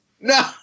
No